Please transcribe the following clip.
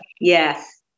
Yes